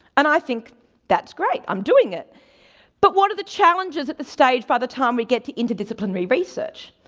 and i think that's great i'm doing it but what are the challenges at the stage by the time we get to inter-disciplinary research?